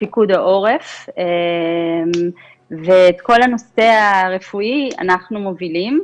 פיקוד העורף ואת כל הנושא הרפואי אנחנו מובילים.